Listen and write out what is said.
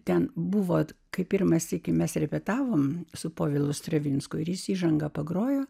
ten buvot kai pirmą sykį mes repetavome su povilu stravinsku ir jis įžangą pagrojo